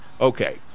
Okay